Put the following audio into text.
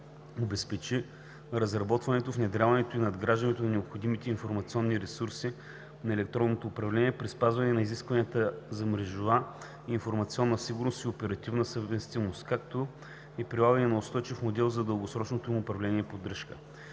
обезпечи разработването, внедряването и надграждането на необходимите информационни ресурси на електронното управление при спазване на изискванията за мрежова и информационна сигурност и оперативна съвместимост, както и прилагане на устойчив модел за дългосрочното им управление и поддръжка.